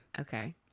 Okay